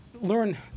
learn